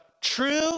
True